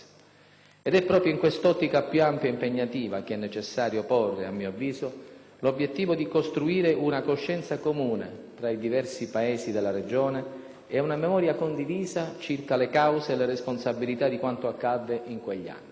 Ed è proprio in quest'ottica più ampia e impegnativa che è necessario porre, a mio avviso, l'obiettivo di costruire una coscienza comune, tra i diversi Paesi della regione, e una memoria condivisa circa le cause e le responsabilità di quanto accadde in quegli anni.